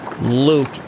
Luke